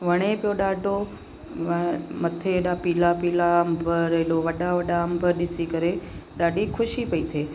वणे पियो ॾाढो मथे एॾा पीला पीला अंब रेडो वॾा वॾा अंब ॾिसी करे ॾाढी ख़ुशी पई थिए